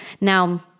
Now